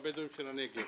הבדואים של הנגב.